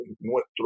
nuestro